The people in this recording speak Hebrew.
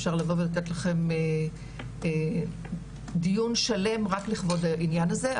אפשר לבוא ולתת לכם דיון שלם רק לכבוד העניין הזה,